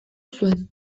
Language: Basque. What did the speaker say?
zuen